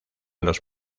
los